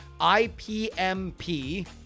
IPMP